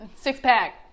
Six-pack